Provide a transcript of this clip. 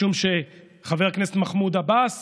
משום שחבר הכנסת מנסור עבאס